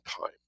time